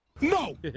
no